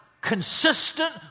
consistent